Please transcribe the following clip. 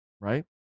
right